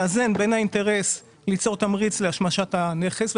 בין האינטרס ליצור תמריץ להשמשת הנכס,